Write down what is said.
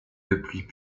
depuis